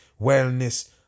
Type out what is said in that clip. wellness